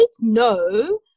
no